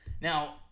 now